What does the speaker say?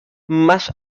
más